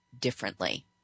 differently